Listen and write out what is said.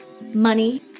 money